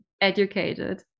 educated